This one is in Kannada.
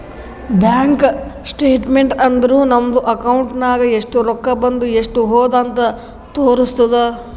ಬ್ಯಾಂಕ್ ಸ್ಟೇಟ್ಮೆಂಟ್ ಅಂದುರ್ ನಮ್ದು ಅಕೌಂಟ್ ನಾಗ್ ಎಸ್ಟ್ ರೊಕ್ಕಾ ಬಂದು ಎಸ್ಟ್ ಹೋದು ಅಂತ್ ತೋರುಸ್ತುದ್